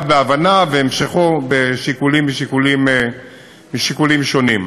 בהבנה והמשכו בשיקולים משיקולים שונים.